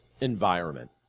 environment